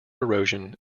erosion